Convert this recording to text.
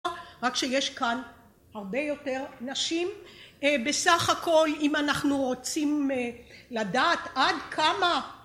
רק שיש כאן הרבה יותר נשים. בסך הכל אם אנחנו רוצים לדעת עד כמה